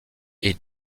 est